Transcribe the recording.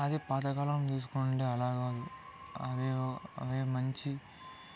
అదే పాతకాలం తీసుకుంటే అలాకాదు అవి వో అవి మంచి